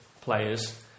players